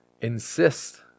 insist